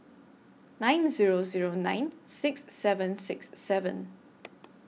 nine Zero Zero nine six seven six seven